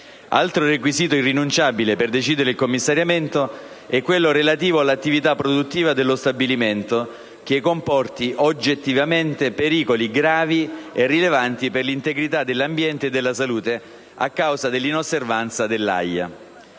Altro requisito irrinunciabile per decidere il commissariamento è quello relativo all'attività produttiva dello stabilimento che comporti oggettivamente «pericoli gravi e rilevanti per l'integrità dell'ambiente e della salute», a causa dell'inosservanza dell'AIA.